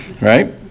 right